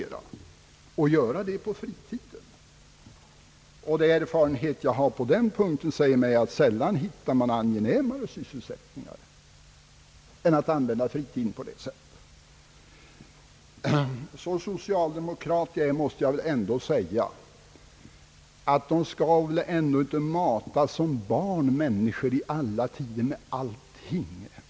Man kan göra det på fritiden. Erfarenheten säger mig, att man sällan hittar angenämare sysselsättning än att använda fritiden på det sättet. Så social jag än är måste jag emellertid ändå säga, att människor skall väl inte matas som barn i alla tider med allting!